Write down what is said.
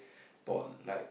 thought like